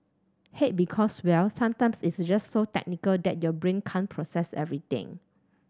hate because well sometimes it's just so technical that your brain can't process everything